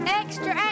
extra